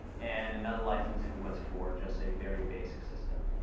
and another license if it was for just a very basic system,